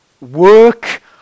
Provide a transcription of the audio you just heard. work